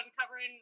covering